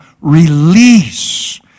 release